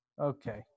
Okay